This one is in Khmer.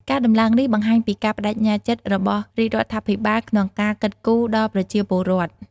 ការដំឡើងនេះបង្ហាញពីការប្តេជ្ញាចិត្តរបស់រាជរដ្ឋាភិបាលក្នុងការគិតគូរដល់ប្រជាពលរដ្ឋ។